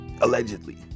allegedly